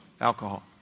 alcohol